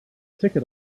ticket